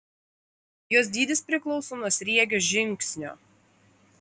jos dydis priklauso nuo sriegio žingsnio